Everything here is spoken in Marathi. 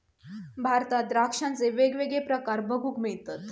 भारतात द्राक्षांचे वेगवेगळे प्रकार बघूक मिळतत